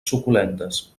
suculentes